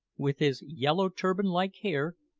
with his yellow turban-like hair,